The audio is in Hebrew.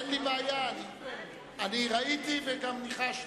אין לי בעיה, אני ראיתי וגם ניחשתי.